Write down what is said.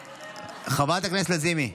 חברת הכנסת לזימי,